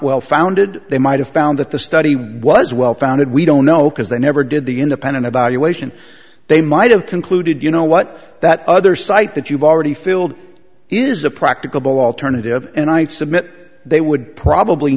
well founded they might have found that the study was well founded we don't know because they never did the independent about you ation they might have concluded you know what that other site that you've already filled is a practicable alternative and i submit they would probably